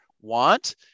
want